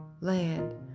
land